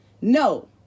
no